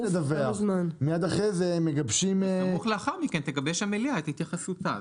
סמוך לאחר מכן תגבש המליאה את התייחסותה.